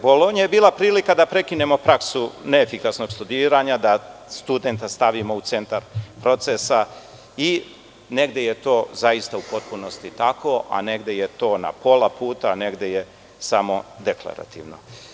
Bolonja je bila prilika da prekinemo praksu neefikasnog studiranja, da studenta stavimo u centar procesa i negde je to zaista u potpunosti tako, a negde je to na pola puta, a negde je samo deklarativno.